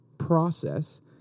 process